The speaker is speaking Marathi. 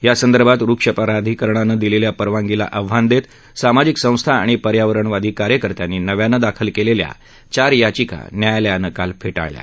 यासंदर्भात वृक्ष प्राधिकरणानं दिलखिा परवानगीला आव्हान दत्त सामाजिक संस्था आणि पर्यावरणवादी कार्यकर्त्यांनी नव्यानं दाखल क्लिखी चार याचिका न्यायालयानं काल फ्टीळून लावल्या